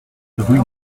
rue